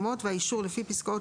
מומחה למשפט,